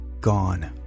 gone